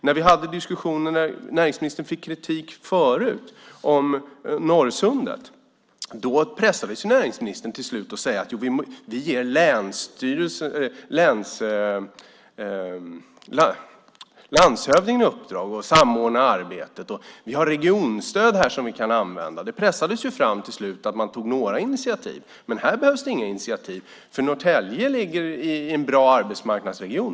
När vi hade diskussioner och näringsministern förut fick kritik angående Norrsundet pressades näringsministern till slut till att säga: Vi ger landshövdingen i uppdrag att samordna arbetet, och vi har regionstöd här som vi kan använda. Till slut pressades några initiativ fram. I det här sammanhanget behövs det tydligen inga initiativ, för Norrtälje finns i en bra arbetsmarknadsregion.